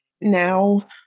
now